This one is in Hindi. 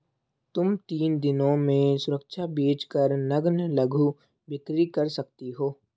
तुम तीन दिनों में सुरक्षा बेच कर नग्न लघु बिक्री कर सकती हो